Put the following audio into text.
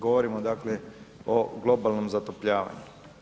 Govorimo dakle o globalnog zatopljavanju.